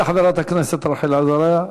תודה לחברת הכנסת רחל עזריה.